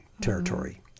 territory